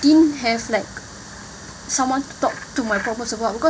didn't have like someone to talk to my problems or what because